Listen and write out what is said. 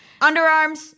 Underarms